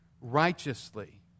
righteously